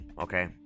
Okay